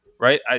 right